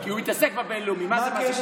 הוא היה צריך להיות ראש מח"ש.